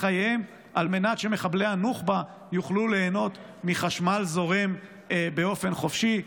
חייהם על מנת שמחבלי הנוח'בה יוכלו ליהנות מחשמל זורם באופן חופשי?